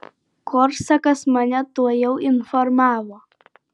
korsakas mane tuojau informavo